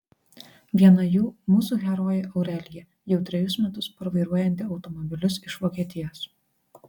viena jų mūsų herojė aurelija jau trejus metus parvairuojanti automobilius iš vokietijos